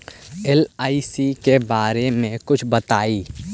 LIC के बारे मे कुछ बताई?